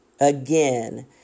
Again